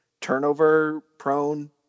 turnover-prone